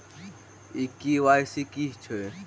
ई KYC की अछि?